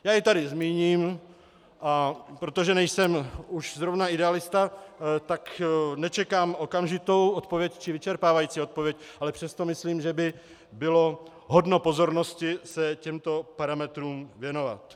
Já je tady zmíním a protože nejsem už zrovna idealista, tak nečekám okamžitou odpověď či vyčerpávající odpověď, ale přesto myslím, že by bylo hodno pozornosti se těmto parametrům věnovat.